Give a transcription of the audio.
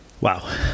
Wow